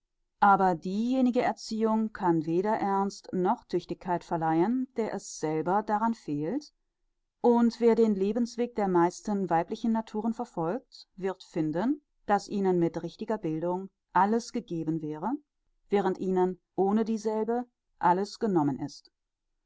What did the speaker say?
aber diejenige erziehung kann weder ernst noch tüchtigkeit verleihen der es selber daran fehlt und wer den lebensweg der meisten weiblichen naturen verfolgt wird finden daß ihnen mit richtiger bildung alles gegeben wäre während ihnen ohne dieselbe alles genommen ist